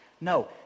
No